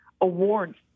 awards